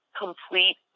complete